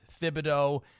Thibodeau